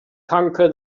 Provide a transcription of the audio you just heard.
conquer